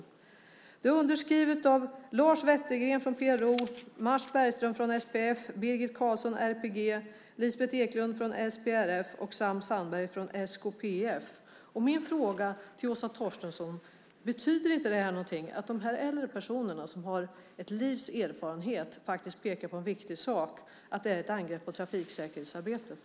Brevet är underskrivet av Lars Wettergren från PRO, Mats Bergström från SPF, Birgit Karlsson, RTG, Lisbeth Eklund från SPRF och Sam Sandberg från SKPF. Min fråga till Åsa Torstensson är: Betyder det inte något att dessa äldre personer, som har ett livs erfarenhet, pekar på att detta är ett angrepp på trafiksäkerhetsarbetet?